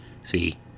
See